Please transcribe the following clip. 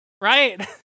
Right